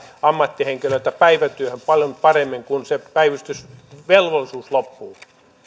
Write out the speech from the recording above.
ammattihenkilöitä päivätyöhön paljon paremmin kun se päivystysvelvollisuus loppuu